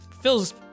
feels